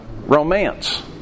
romance